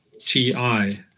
ti